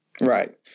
Right